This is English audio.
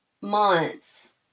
months